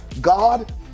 God